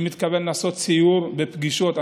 אני מתכוון לעשות סיור ופגישות.